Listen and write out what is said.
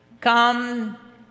come